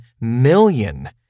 million